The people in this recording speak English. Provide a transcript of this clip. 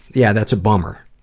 yeah that's a bummer.